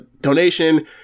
donation